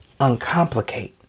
uncomplicate